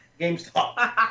GameStop